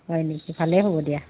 হয় নেকি ভালেই হ'ব দিয়া